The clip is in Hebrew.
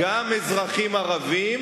גם אזרחים ערבים,